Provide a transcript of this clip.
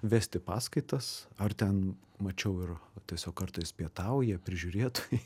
vesti paskaitas ar ten mačiau ir tiesiog kartais pietauja prižiūrėtojai